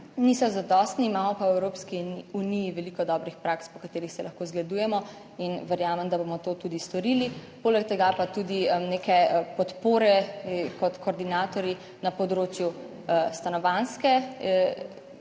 niso zadostni, imamo pa v Evropski uniji veliko dobrih praks, po katerih se lahko zgledujemo in verjamem, da bomo to tudi storili. Poleg tega pa tudi neke podpore kot koordinatorji na področju stanovanjskega,